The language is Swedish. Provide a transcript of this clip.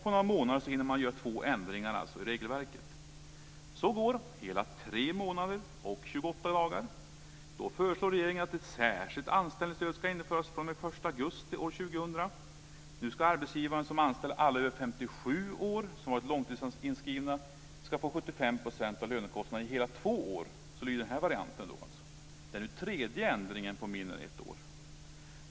På några månader hinner man alltså göra två ändringar i regelverket. Så går hela tre månader och 28 dagar. Då föreslår regeringen att ett särskilt anställningsstöd ska införas från den 1 augusti 2000. Nu ska arbetsgivaren som anställer personer över 57 år som varit långtidsinskrivna få 75 % av lönekostnaderna i hela två år. Så lyder alltså den varianten. Det är den tredje ändringen på mindre än ett år.